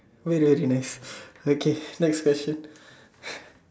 wait really nice okay next question